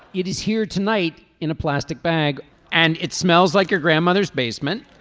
it is here tonight in a plastic bag and it smells like your grandmother's basement